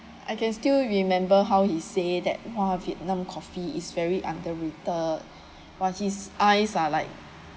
I can still remember how he say that !wah! vietnam coffee is very underrated but his eyes are like